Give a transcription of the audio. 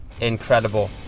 incredible